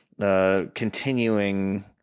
Continuing